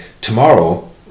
tomorrow